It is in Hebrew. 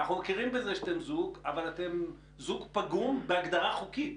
אנחנו מכירים בזה שאתם זוג אבל אתם זוג פגום בהגדרה חוקית